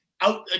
Out